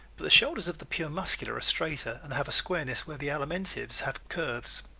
but the shoulders of the pure muscular are straighter and have a squareness where the alimentive's have curves.